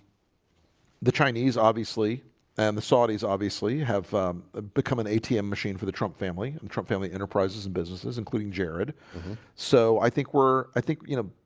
the chinese obviously and the saudis obviously have ah become an atm machine for the trump family and um trump family enterprises and businesses including jared so i think we're i think you know,